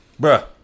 Bruh